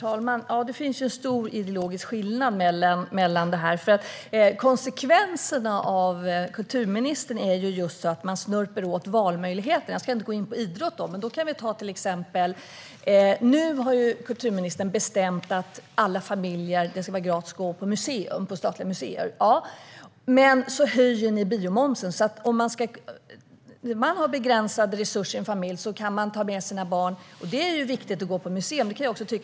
Herr talman! Det finns en stor ideologisk skillnad mellan oss. Konsekvenserna av kulturministerns syn är just att man snörper åt valmöjligheten. Jag ska inte gå in på idrott, men vi kan ta ett annat exempel. Nu har kulturministern bestämt att det ska vara gratis att gå på statliga museer för alla familjer. Men så höjer ni biomomsen. Om man har begränsade resurser i en familj kan man ta med sig sina barn och gå på museum. Det är viktigt att göra det; det kan jag också tycka.